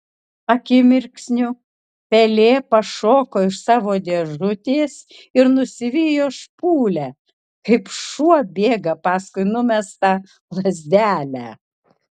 akimirksniu pelė pašoko iš savo dėžutės ir nusivijo špūlę kaip šuo bėga paskui numestą lazdelę